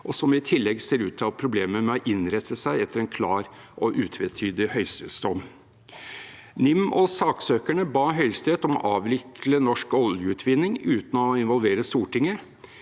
og som i tillegg ser ut til å ha problemer med å innrette seg etter en klar og utvetydig høyesterettsdom. NIM og saksøkerne ba Høyesterett om å avvikle norsk oljeutvinning uten å involvere Stortinget.